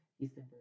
December